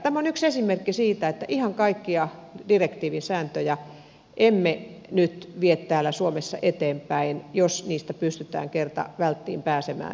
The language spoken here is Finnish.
tämä on yksi esimerkki siitä että ihan kaikkia direktiivisääntöjä emme nyt vie täällä suomessa eteenpäin jos niistä pystytään kerta välttiin pääsemään